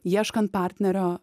ieškant partnerio